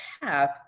path